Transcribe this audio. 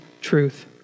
truth